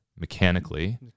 mechanically